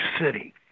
City